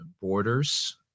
borders